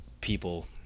people